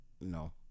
No